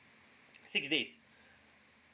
six days